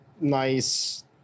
nice